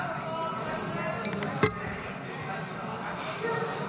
הסתייגות 20 לחלופין ג לא נתקבלה.